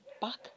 back